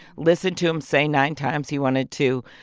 listened to him say nine times he wanted to